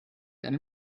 einem